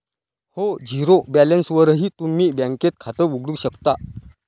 हो, झिरो बॅलन्सवरही तुम्ही बँकेत खातं उघडू शकता